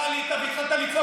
אתה עלית והתחלת לצעוק,